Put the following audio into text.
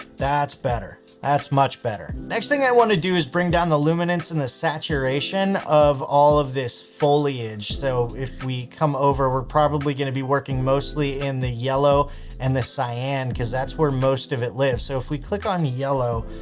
that's better. that's much better. next thing i want to do is bring down the luminance and the saturation of all of this foliage. so if we come over, we're probably going to be working mostly in the yellow and the cyan cause that's where most of it lives. so if we click on the yellow,